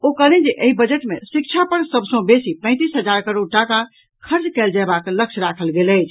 ओ कहलनि जे एहि बजट मे शिक्षा पर सभ सॅ बेसी पैंतीस हजार करोड़ टाका खर्च कयल जयबाक लक्ष्य राखल गेल अछि